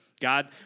God